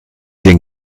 den